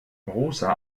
rosa